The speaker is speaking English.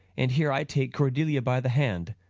and here i take cordelia by the hand,